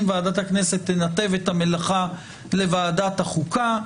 בין אם ועדת הכנסת תנתב את המלאכה לוועדת החוקה,